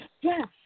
Yes